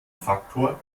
faktor